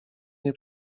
nie